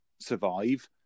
survive